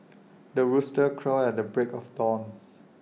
the rooster crows at the break of dawn